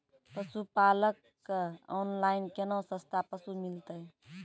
पशुपालक कऽ ऑनलाइन केना सस्ता पसु मिलतै?